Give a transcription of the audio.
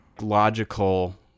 logical